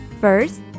First